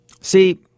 See